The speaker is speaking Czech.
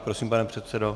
Prosím, pane předsedo.